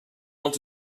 want